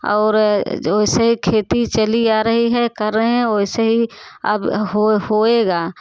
और जो वैसे ही खेती चली आ रही है कर रहे हैं वैसे ही अब हो होएगा